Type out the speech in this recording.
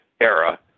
era